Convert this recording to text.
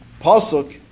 pasuk